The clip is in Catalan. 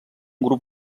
grup